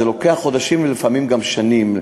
זה לוקח חודשים ולפעמים גם שנים.